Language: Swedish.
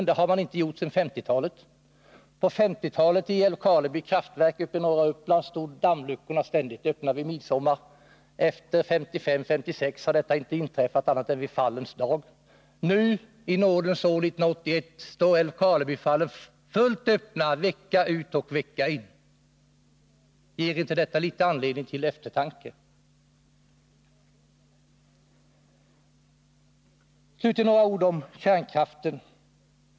På 1950-talet stod dammluckorna i Älvkarleby kraftverk i norra Uppland ständigt öppna vid midsommar. Efter 1955-1956 har detta inte inträffat annat än vid Fallens dag. Nu, i nådens år 1981, står dammluckorna där fullt öppna vecka ut och vecka in. Ger inte det anledning till eftertanke? Slutligen några ord om kärnkraften.